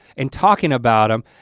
and talking about um